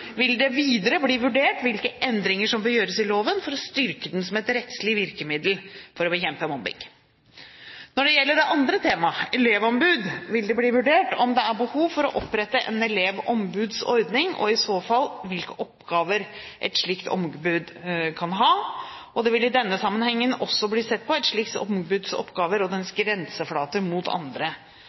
vil det videre bli vurdert hvilke endringer som bør gjøres i loven for å styrke den som et rettslig virkemiddel for å bekjempe mobbing. Når det gjelder det andre temaet, elevombud, vil det bli vurdert om det er behov for å opprette en elevombudsordning, og i så fall hvilke oppgaver et slikt ombud kan ha. Det vil i denne sammenhengen også bli sett på et slikt ombuds oppgaver og dets grenseflater mot andre